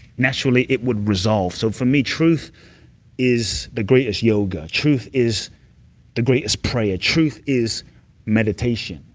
naturally, it would resolve. so for me, truth is the greatest yoga. truth is the greatest prayer. truth is meditation.